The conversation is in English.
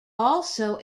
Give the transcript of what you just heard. also